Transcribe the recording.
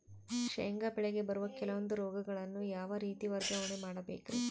ಶೇಂಗಾ ಬೆಳೆಗೆ ಬರುವ ಕೆಲವೊಂದು ರೋಗಗಳನ್ನು ಯಾವ ರೇತಿ ನಿರ್ವಹಣೆ ಮಾಡಬೇಕ್ರಿ?